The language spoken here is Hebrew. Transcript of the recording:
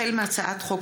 החל בהצעת חוק